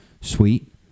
Sweet